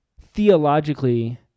theologically